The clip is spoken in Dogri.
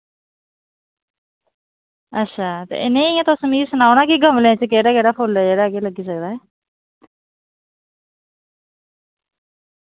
अच्छा ते नेईं इ'यां तुस मिकी सनाओ ना कि गमले च केह्ड़ा केह्ड़ा फुल जेह्ड़ा के लग्गी सकदा ऐ